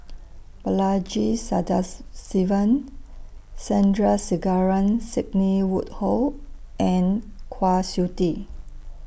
Balaji Sadasivan Sandrasegaran Sidney Woodhull and Kwa Siew Tee